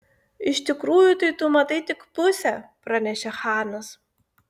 iš tikrųjų tai tu matai tik pusę pranešė chanas